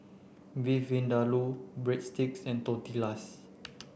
Beef Vindaloo Breadsticks and Tortillas